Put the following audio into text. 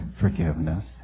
forgiveness